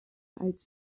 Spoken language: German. als